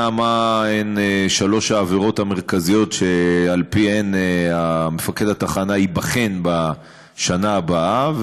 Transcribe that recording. מהן שלוש העבירות המרכזיות שעל-פיהן מפקד התחנה ייבחן בשנה הבאה,